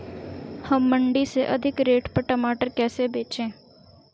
हम मंडी में अधिक रेट पर टमाटर कैसे बेचें?